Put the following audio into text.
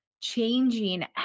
changing